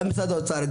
גם משרדי האוצר,